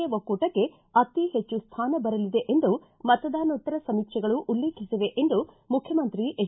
A ಒಕ್ಕೂಟಕ್ಕೆ ಅತೀ ಹೆಚ್ಚು ಸ್ಥಾನ ಬರಲಿದೆ ಎಂದು ಮತದಾನೋತ್ತರ ಸಮೀಕ್ಷೆಗಳು ಉಲ್ಲೇಖಿಸಿವೆ ಎಂದು ಮುಖ್ಯಮಂತ್ರಿ ಎಚ್